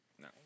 No